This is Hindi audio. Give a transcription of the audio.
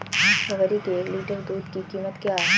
बकरी के एक लीटर दूध की कीमत क्या है?